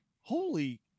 holy